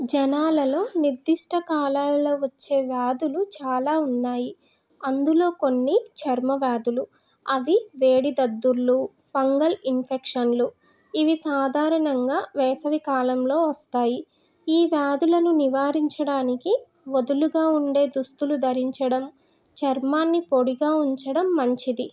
జనాలలో నిర్దిష్ట కాలాలలో వచ్చే వ్యాధులు చాలా ఉన్నాయి అందులో కొన్ని చర్మ వ్యాధులు అవి వేడిదద్దుర్లు ఫంగల్ ఇన్ఫెక్షన్లు ఇవి సాధారణంగా వేసవికాలంలో వస్తాయి ఈ వ్యాధులను నివారించడానికి వదులుగా ఉండే దుస్తులు ధరించడం చర్మాన్ని పొడిగా ఉంచడం మంచిది